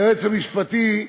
היועץ המשפטי,